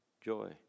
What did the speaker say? joy